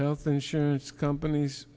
health insurance companies